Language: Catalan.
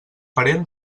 parent